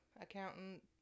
accountant